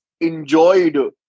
enjoyed